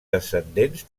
descendents